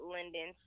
Linden